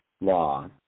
law